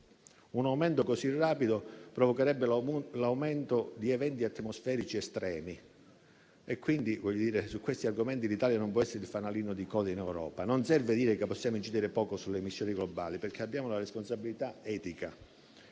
Un aumento così rapido provocherebbe l'aumento di eventi atmosferici estremi. Su questi argomenti l'Italia non può essere il fanalino di coda in Europa. Non serve dire che possiamo incidere poco sulle emissioni globali, perché abbiamo una responsabilità etica.